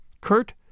Kurt